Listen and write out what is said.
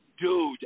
Dude